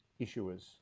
issuers